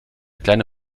kleine